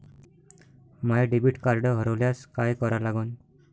माय debit card हरोल्यास काय करा लागन?